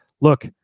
look